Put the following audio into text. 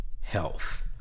health